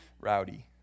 Rowdy